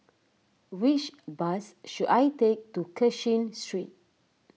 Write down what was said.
which bus should I take to Cashin Street